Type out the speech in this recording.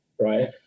right